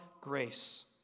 grace